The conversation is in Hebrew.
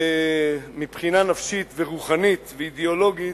מבחינה נפשית ורוחנית ואידיאולוגית,